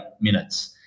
minutes